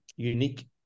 unique